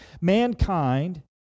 Mankind